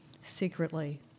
secretly